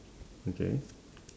okay